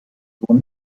sohn